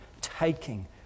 taking